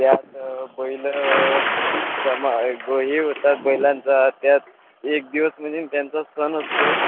त्यात बैल जमा ग ही होतात बैलांचा त्यात एक दिवस म्हणजे त्यांचा सण असतो